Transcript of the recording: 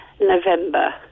November